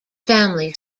family